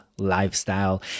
lifestyle